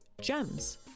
GEMS